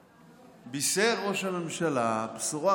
בישר ראש הממשלה בשורה חגיגית